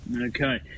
Okay